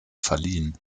verliehen